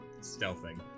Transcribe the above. stealthing